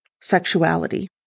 sexuality